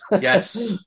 Yes